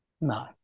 no